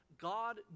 God